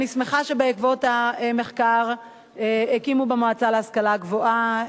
אני שמחה שבעקבות המחקר הקימו במועצה להשכלה גבוהה,